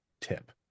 tip